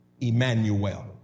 Emmanuel